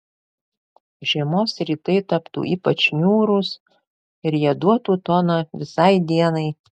žiemos rytai taptų ypač niūrūs ir jie duotų toną visai dienai